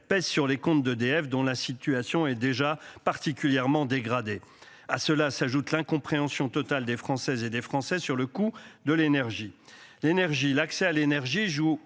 pèse sur les comptes d'EDF, dont la situation est déjà particulièrement dégradée. À cela s'ajoute l'incompréhension totale des Françaises et des Français sur le coût de l'énergie, l'énergie, l'accès à l'énergie joue